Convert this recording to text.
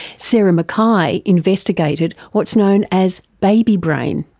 sarah mckay investigated what's known as baby brain.